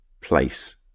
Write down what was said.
place